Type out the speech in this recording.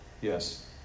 Yes